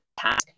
task